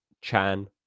Chan